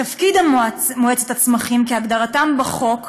תפקיד מועצת הצמחים, כהגדרתה בחוק,